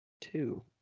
Two